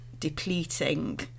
depleting